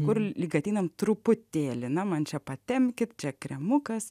kur lyg ateiname truputėlį na man čia patempkit čia kremukas